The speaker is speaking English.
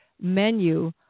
menu